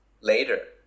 later